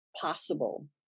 possible